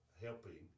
helping